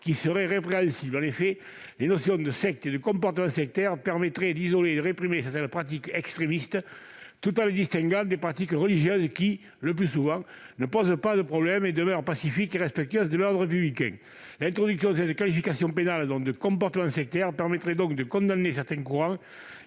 qui serait répréhensible. En effet, les notions de « secte » et de « comportement sectaire » permettraient d'isoler et de réprimer certaines pratiques extrémistes, tout en les distinguant des pratiques religieuses, qui, le plus souvent, ne posent pas de problème et demeurent pacifiques et respectueuses de l'ordre républicain. L'introduction d'une telle qualification pénale permettrait donc de condamner certains courants